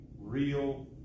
real